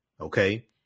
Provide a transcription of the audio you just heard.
okay